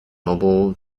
mobile